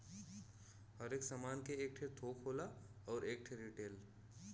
हर एक सामान के एक ठे थोक होला अउर एक ठे रीटेल